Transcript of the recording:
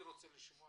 אני רוצה לשמוע